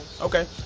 Okay